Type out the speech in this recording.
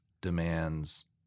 demands